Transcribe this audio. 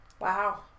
Wow